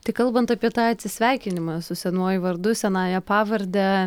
tai kalbant apie tą atsisveikinimą su senuoju vardu senąja pavarde